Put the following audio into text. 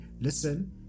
listen